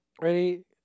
Ready